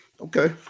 Okay